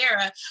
era